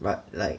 but like